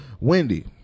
Wendy